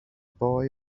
boy